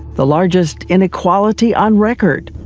the largest inequality on record.